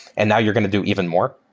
and now you're going to do even more?